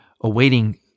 awaiting